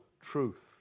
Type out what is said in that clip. truth